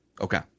Okay